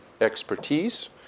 expertise